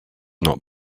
not